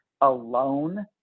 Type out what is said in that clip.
alone